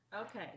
Okay